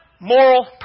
moral